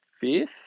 fifth